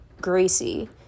Gracie